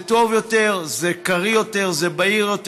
זה טוב יותר, זה קריא יותר, זה בריא יותר.